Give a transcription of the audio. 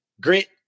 grit